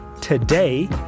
today